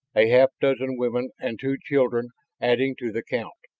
a half dozen women and two children adding to the count.